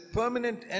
permanent